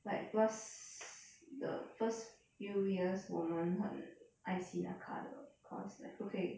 like plus the first few years 我们很爱惜 the car 的 cause like 不可以